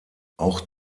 auch